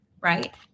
right